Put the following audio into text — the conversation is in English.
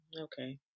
Okay